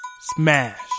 Smash